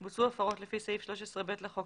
(ב) בוצעו הפרות לפי סעיף 13(ב) לחוק,